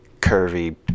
curvy